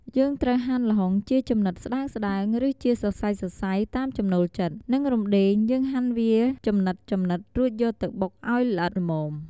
យើងត្រូវហាន់ល្ហុងជាចំណិតស្តើងៗ រឺជាសរសៃៗ តាមចំណូលចិត្ត និងរំដេងយើងហាន់វាចំណិតៗរួចយកទៅបុកអោយល្អិតល្មម។